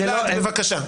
גלעד, בבקשה.